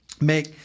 make